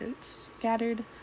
scattered